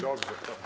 Dobrze.